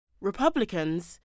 Republicans